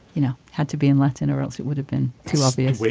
you know, had to be in latin or else it would have been too obvious